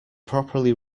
properly